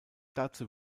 dazu